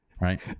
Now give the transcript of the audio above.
Right